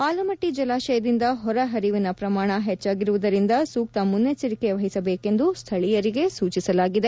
ಆಲಮಟ್ಟ ಜಲಾಶಯದಿಂದ ಹೊರ ಹರಿವಿನ ಪ್ರಮಾಣ ಹೆಚ್ಚಾಗಿರುವುದರಿಂದ ಸೂಕ್ತ ಮುನ್ನೆಚ್ಚರಿಕೆ ವಹಿಸಬೇಕೆಂದು ಸ್ಥಳೀಯರಿಗೆ ಸೂಚಿಸಲಾಗಿದೆ